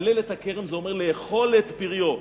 לחלל את הכרם זה אומר לאכול את פריו.